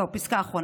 לא, פסקה אחרונה.